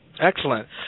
Excellent